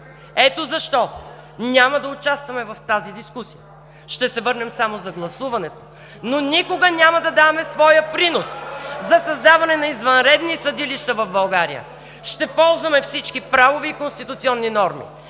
Ето защо, няма да участваме в тази дискусия, ще се върнем само за гласуването, но никога няма да даваме своя принос (шум и реплики) за създаване на извънредни съдилища в България. Ще ползваме всички правови и конституционни норми.